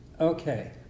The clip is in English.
Okay